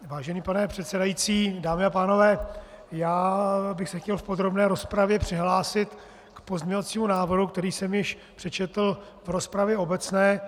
Vážený pane předsedající, dámy a pánové, já bych se chtěl v podrobné rozpravě přihlásit k pozměňovacímu návrhu, který jsem již přečetl v rozpravě obecné.